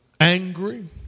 Angry